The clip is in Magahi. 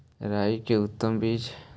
राई के उतम बिज?